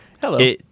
Hello